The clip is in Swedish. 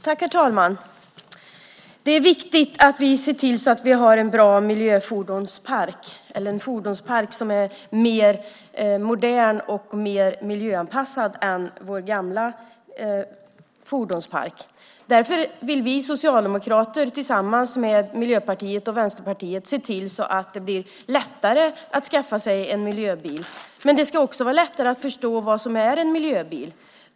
Herr talman! Det är viktigt att vi ser till att vi har en bra miljöfordonspark eller en fordonspark som är modernare och mer miljöanpassad än vår gamla fordonspark. Därför vill vi socialdemokrater tillsammans med Miljöpartiet och Vänsterpartiet se till att det blir lättare att skaffa sig en miljöbil. Men det ska också vara lättare att förstå vad som är en miljöbil.